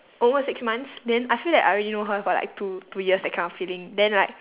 almost six months then I feel that I already know her for like two two years that kind of feeling then like